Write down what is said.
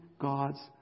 God's